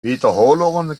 wiederholungen